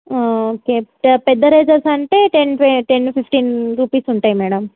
okay పెద్ద erasers అంటే ten ten fifteen rupees ఉంటయి మేడం